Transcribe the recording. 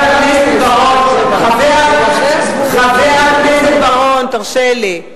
הכנסת בר-און, תרשה לי.